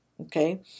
okay